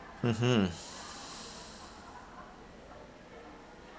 mmhmm